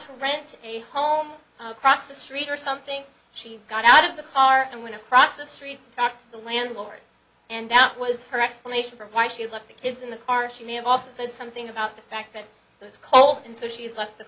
to rent a home across the street or something she got out of the car and went across the street to talk to the landlord and that was her explanation for why she left the kids in the car she may have also said something about the fact that it was cold and so she left the